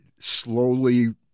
slowly